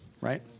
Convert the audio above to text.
right